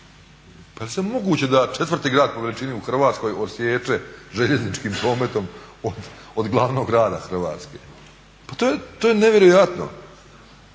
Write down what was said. Pa je li moguće da se 4. grad po veličini u Hrvatskoj odsiječe željezničkim prometom od glavnog grada Hrvatske? Pa to je nevjerojatno.